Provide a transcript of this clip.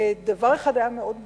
ודבר אחד היה מאוד ברור: